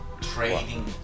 trading